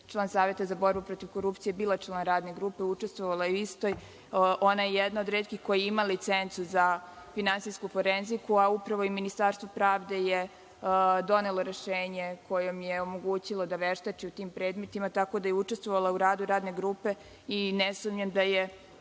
član Saveta za borbu protiv korupcije bila član radne grupe i učestvovala u istoj. Ona je jedna od retkih koja ima licencu za finansijsku forenziku, a upravo je Ministarstvo pravde donelo rešenje kojim je omogućilo da veštači u tim predmetima. Tako da je učestvovala u radu radne grupe i ne sumnjam da je